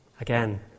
Again